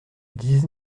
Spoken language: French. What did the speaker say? dix